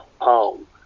home